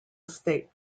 estate